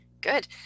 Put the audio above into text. good